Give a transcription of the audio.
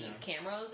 cameras